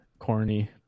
Corny